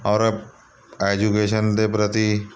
ਔਰ ਐਜੂਕੇਸ਼ਨ ਦੇ ਪ੍ਰਤੀ